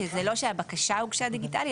שזה לא שהבקשה הוגשה דיגיטלית,